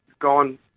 gone